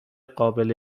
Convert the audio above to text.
قابل